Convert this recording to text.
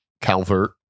Calvert